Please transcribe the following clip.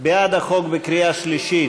בעד החוק בקריאה שלישית